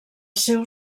seu